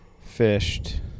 Fished